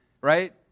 right